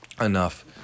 enough